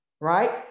right